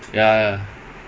ya